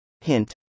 Hint